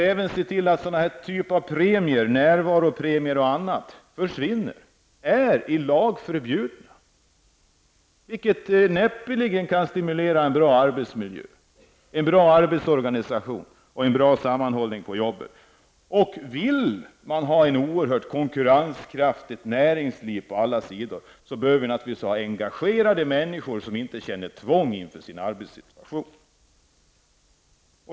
Olika typer av premier, närvaropremier och liknande belöningssystem kan näppeligen stimulera till en bra arbetsmiljö, en bra arbetsorganisation eller en bra sammanhållning i arbetet. Det bör förbjudas i lag. Vill man ha ett oerhört konkurrenskraftigt näringsliv bör vi naturligtvis sträva efter att få engagerade människor som inte känner tvång inför sin arbetssituation.